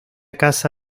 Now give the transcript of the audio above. casa